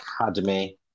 Academy